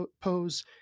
pose